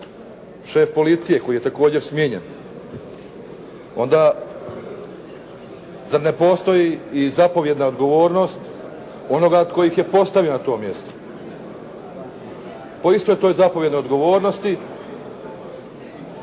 šef policije koji je također smijenjen, onda zar ne postoji i zapovjedna odgovornost onoga tko ih je postavio na to mjesto? Po istoj toj zapovjednoj odgovornosti